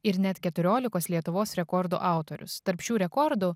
ir net keturiolikos lietuvos rekordų autorius tarp šių rekordų